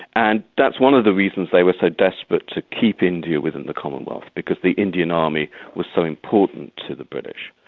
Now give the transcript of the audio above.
and that's one of the reasons they were so desperate to keep india within the commonwealth, because the indian army was so important to british.